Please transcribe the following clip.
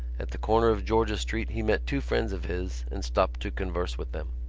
at the corner of george's street he met two friends of his and stopped to converse with them.